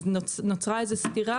אז נוצרה איזו סתירה,